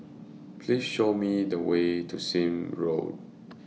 Please Show Me The Way to Sime Road